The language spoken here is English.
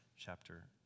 chapter